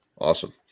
Awesome